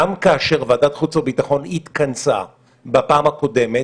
גם כאשר ועדת חוץ וביטחון התכנסה בפעם הקודמת,